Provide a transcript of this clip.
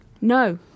No